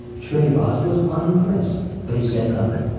shrinivas was unimpressed, but he said nothing.